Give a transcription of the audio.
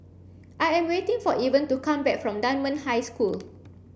I am waiting for Evan to come back from Dunman High School